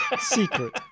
Secret